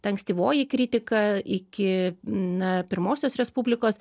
ta ankstyvoji kritika iki na pirmosios respublikos